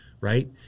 right